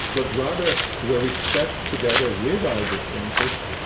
but rather where we sat together with our differences,